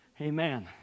Amen